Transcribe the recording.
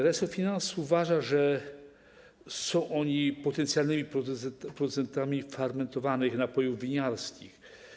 Resort finansów uważa, że są oni potencjalnymi producentami fermentowanych napojów winiarskich.